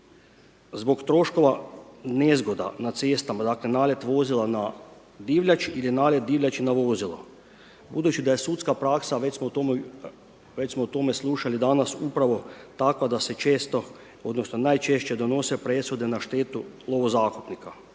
zbog troškova nezgoda na cestama, dakle nalet vozila na divljač ili nalet divljači na vozilo, budući da je sudska praksa, a već smo o tome slušali danas, upravo takva da se često odnosno najčešće donose presude na štetu lovo zakupnika,